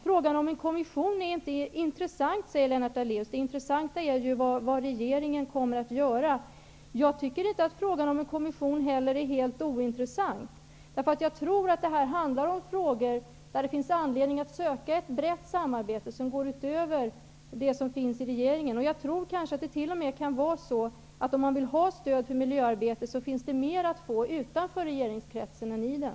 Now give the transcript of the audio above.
Frågan om en kommission är inte intressant, säger Lennart Daléus. Det intressanta är vad regeringen kommer att göra. Jag tycker inte att frågan om en kommission är helt ointressant, därför att jag tror att det här handlar om frågor där det finns anledning att söka ett brett samarbete som går utöver det som finns i regeringen. Jag tror t.o.m. att det när man vill ha stöd för miljöarbetet kan finnas mer att få utanför regeringskretsen än i den.